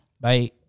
Bye